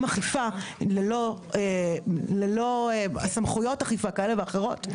אכיפה ללא סמכויות אכיפה כאלה ואחרות,